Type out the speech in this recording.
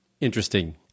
interesting